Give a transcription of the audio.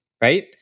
right